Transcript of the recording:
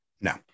no